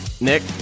nick